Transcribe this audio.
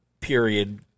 period